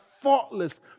faultless